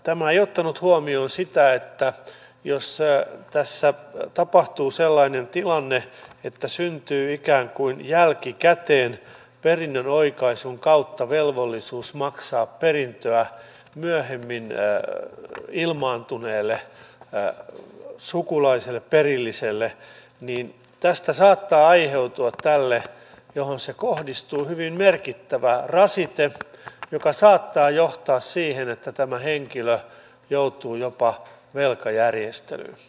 tämä ei ottanut huomioon sitä että jos tässä tapahtuu sellainen tilanne että syntyy ikään kuin jälkikäteen perinnönjaon oikaisun kautta velvollisuus maksaa perintöä myöhemmin ilmaantuneelle sukulaiselle perillisille niin tästä saattaa aiheutua tälle johon se kohdistuu hyvin merkittävä rasite joka saattaa johtaa siihen että tämä henkilö joutuu jopa velkajärjestelyyn